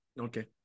Okay